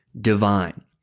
divine